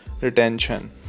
retention